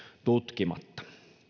tutkimatta